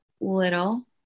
little